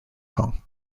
kong